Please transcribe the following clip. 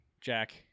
Jack